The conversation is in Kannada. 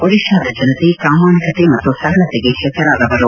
ಒಡಿತಾದ ಜನತೆ ಪ್ರಾಮಾಣಿಕತೆ ಮತ್ತು ಸರಳತೆಗೆ ಹೆಸರಾದವರು